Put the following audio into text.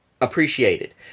appreciated